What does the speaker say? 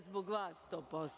Zbog vas 100%